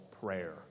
prayer